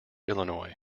illinois